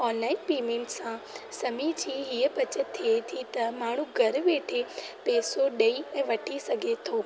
online payment सां समय जी हीअ बचति थिए थी त माण्हू घरु वेठे पैसो ॾेई ऐं वठी सघे थो